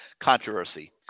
controversy